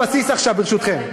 עכשיו, ברשותכם.